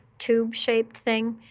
tube-shaped thing.